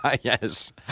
Yes